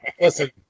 listen